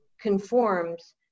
conforms